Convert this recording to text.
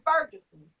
Ferguson